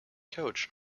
coach